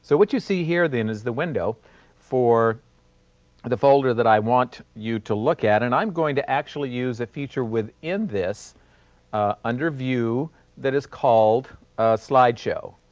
so what you see here then is the window for but the folder that i want you to look at, and i'm going to actually use a feature within this ah under view that is called slide show,